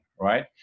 right